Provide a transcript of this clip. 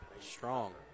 strong